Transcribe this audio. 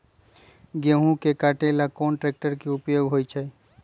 गेंहू के कटे ला कोंन ट्रेक्टर के उपयोग होइ छई?